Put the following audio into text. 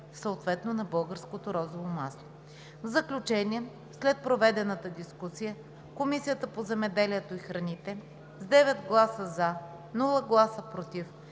съответно на българското розово масло. В заключение, след проведената дискусия Комисията по земеделието и храните с 9 гласа „за“, без „против“